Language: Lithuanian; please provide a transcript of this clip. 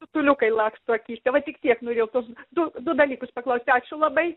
rutuliukai laksto akyse va tik tiek norėjau tuos du du dalykus paklausti ačiū labai